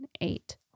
eight